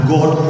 God